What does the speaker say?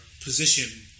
position